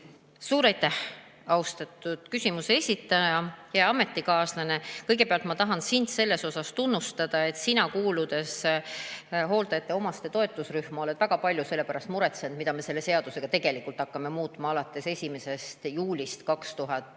Suur aitäh, austatud küsimuse esitaja, hea ametikaaslane! Kõigepealt ma tahan sind selle eest tunnustada, et sina, kuuludes omastehooldajate toetusrühma, oled väga palju selle pärast muretsenud, mida me selle seadusega tegelikult hakkame muutma alates 1. juulist 2023,